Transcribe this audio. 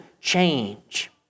change